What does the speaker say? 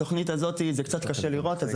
התוכנית הזאת